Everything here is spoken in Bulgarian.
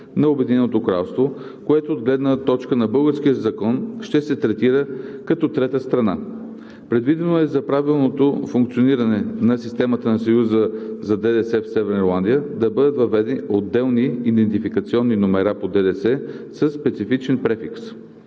на Обединеното кралство, което от гледна точка на българския закон ще се третира като трета страна. Предвидено е за правилното функциониране на системата на Съюза за ДДС в Северна Ирландия да бъдат въведени отделни идентификационни номера по ДДС със специфичен префикс.